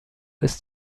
ist